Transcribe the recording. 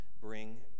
bring